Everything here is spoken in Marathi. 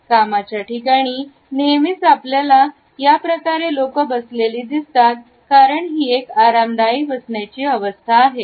कामाच्या ठिकाणी नेहमीच आपल्याला याप्रकारे लोक बसलेली दिसतात कारण ही एक आरामदायी बसण्याची अवस्था आहे